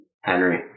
Henry